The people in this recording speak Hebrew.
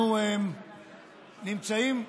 אנחנו נמצאים,